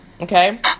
okay